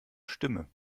stimme